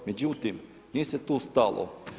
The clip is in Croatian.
Međutim, nije se tu stalo.